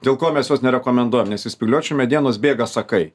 dėl ko mes jos nerekomenduojam nes iš spygliuočių medienos bėga sakai